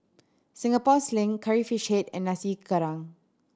Singapore Sling Curry Fish Head and Nasi Goreng Kerang